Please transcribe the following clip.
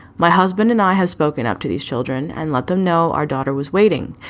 my husband and i have spoken up to these children and let them know our daughter was waiting,